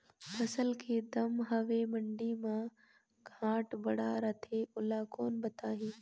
फसल के दम हवे मंडी मा घाट बढ़ा रथे ओला कोन बताही?